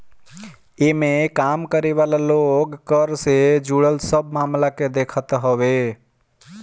इमें काम करे वाला लोग कर से जुड़ल सब मामला के देखत हवे